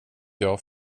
jag